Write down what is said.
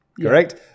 Correct